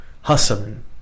hustling